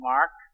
Mark